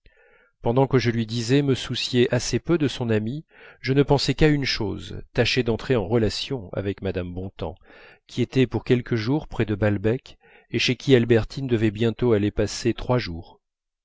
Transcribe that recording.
pendant que je lui disais me soucier assez peu de son amie je ne pensais qu'à une chose tâcher d'entrer en relations avec mme bontemps qui était pour quelques jours près de balbec et chez qui albertine devait bientôt aller passer trois jours